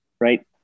right